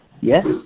yes